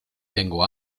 tengo